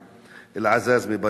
אל-עזאזמה,